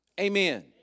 Amen